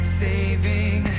saving